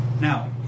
Now